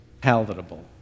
palatable